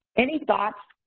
any thoughts,